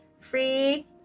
free